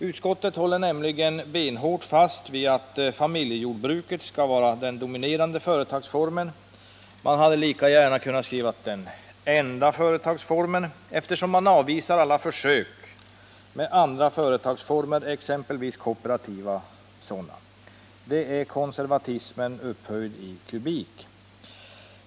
Utskottet håller nämligen benhårt fast vid att familjejordbruket skall vara den dominerande företagsformen. Man hade lika gärna kunnat skriva den enda företagsformen, eftersom man avvisar alla försök med andra företagsformer, exempelvis kooperativa sådana. Det är konservatismen upphöjd i kubik.